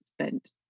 spent